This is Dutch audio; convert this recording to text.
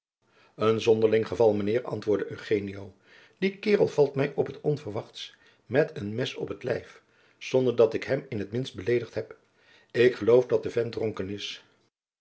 een zonderling geval mijnheer antwoordde eugenio die kaerel valt mij op t onverwachtst met een mes op t lijf zonder dat ik hem in t minst beledigd heb ik geloof dat de vent dronken is